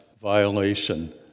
violation